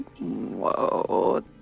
whoa